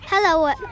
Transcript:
Hello